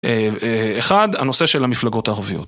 אחד, הנושא של המפלגות הערביות.